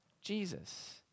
Jesus